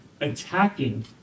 attacking